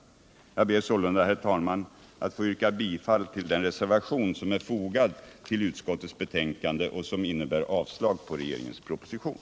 Jag ber sålunda, herr talman, att få yrka bifall till den reservation som är fogad till utskottets betänkande och som innebär avslag på regeringens proposition.